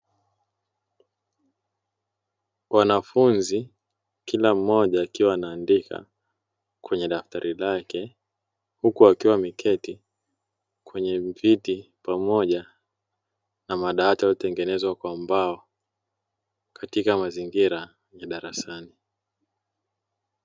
Wanafunzi, kila mmoja akiwa anaandika kwenye daftari lake huku wakiwa wameketi kwenye viti pamoja na madawati yaliyotengenezwa kwa mbao katika mazingira ya darasani.